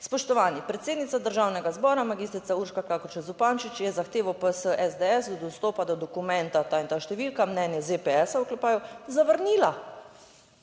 "Spoštovani! Predsednica Državnega zbora, magistrica Urška Klakočar Zupančič, je zahtevo PS SDS od dostopa do dokumenta ta in ta številka (mnenje ZPS) zavrnila."